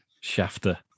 shafter